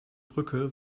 brücke